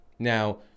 now